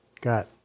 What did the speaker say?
got